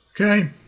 okay